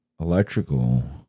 electrical